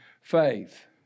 faith